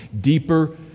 deeper